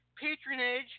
patronage